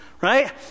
right